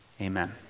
amen